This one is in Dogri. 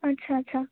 अच्छा अच्छा